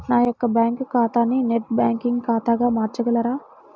నా యొక్క బ్యాంకు ఖాతాని నెట్ బ్యాంకింగ్ ఖాతాగా మార్చగలరా?